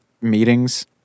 meetings